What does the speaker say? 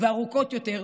ארוכות יותר,